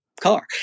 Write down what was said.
car